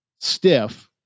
stiff